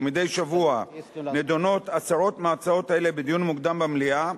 ומדי שבוע נדונות עשרות מההצעות האלה בדיון מוקדם במליאה,